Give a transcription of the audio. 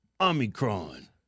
Omicron